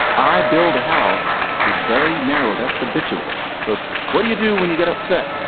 i build a house is very narrow. that's habitual. so what do you do when you get upset?